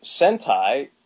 sentai